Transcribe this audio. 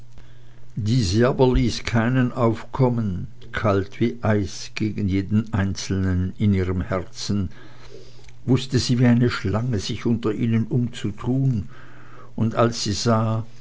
diese aber ließ keinen aufkommen kalt wie eis gegen jeden einzelnen in ihrem herzen wußte sie wie eine schlange sich unter ihnen umzutun und als sie sah